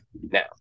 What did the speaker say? Now